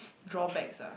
drawbacks ah